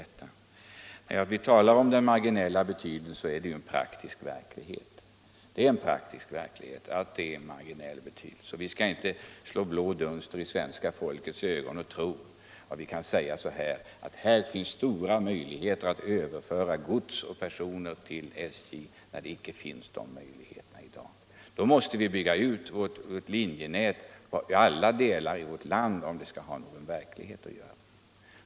Att effekterna av ansträngningarna att föra över trafik från landsväg till järnväg blir marginella är en praktisk verklighet. Vi skall inte slå blå dunster i svenska folkets ögon genom att säga att det finns stora möjligheter att överföra gods och persontrafik till SJ. För att det skall bli möjligt måste vi bygga ut linjenätet i alla delar av vårt land.